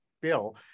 bill